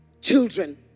children